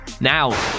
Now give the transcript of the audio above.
Now